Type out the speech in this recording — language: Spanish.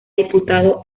diputado